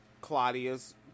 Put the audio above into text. Claudia's